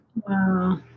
Wow